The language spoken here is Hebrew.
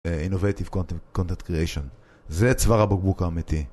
Innovative Content Creation, זה צוואר הבוקבוק האמיתי.